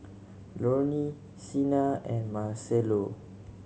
Lorne Sena and Marcello